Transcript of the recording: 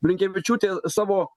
blinkevičiūtė savo